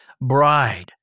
bride